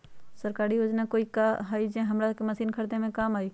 सरकारी योजना हई का कोइ जे से हमरा मशीन खरीदे में काम आई?